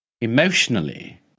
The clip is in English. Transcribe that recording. Emotionally